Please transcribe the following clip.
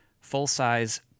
full-size